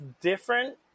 different